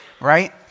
right